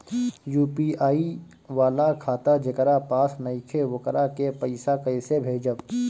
UPI वाला खाता जेकरा पास नईखे वोकरा के पईसा कैसे भेजब?